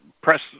press